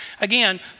Again